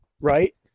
right